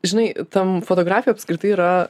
žinai tam fotografija apskritai yra